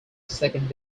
second